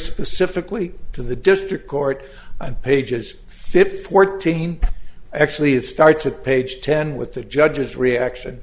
specifically to the district court and pages fifty fourteen actually it starts at page ten with the judge's reaction